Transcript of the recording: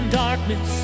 darkness